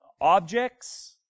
objects